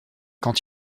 quand